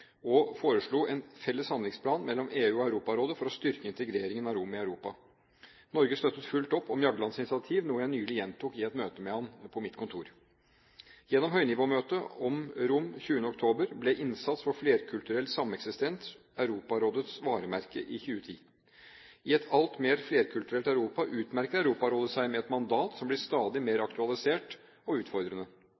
og foreslo en felles handlingsplan mellom EU og Europarådet for å styrke integreringen av romene i Europa. Norge støttet fullt opp om Jaglands initiativ, noe jeg nylig gjentok i et møte med ham på mitt kontor. Gjennom høynivåmøtet om romene 20. oktober i fjor ble innsats for flerkulturell sameksistens Europarådets varemerke i 2010. I et alt mer flerkulturelt Europa utmerker Europarådet seg med et mandat som blir stadig mer